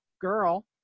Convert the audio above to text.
girl